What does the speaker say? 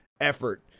effort